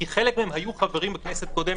כי חלק מהם היו חברים בכנסת קודמת.